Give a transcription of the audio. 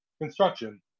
construction